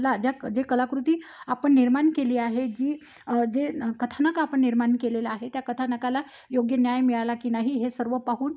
ला ज्या जे कलाकृती आपण निर्माण केली आहे जी जे कथानक आपण निर्माण केलेला आहे त्या कथानकाला योग्य न्याय मिळाला की नाही हे सर्व पाहून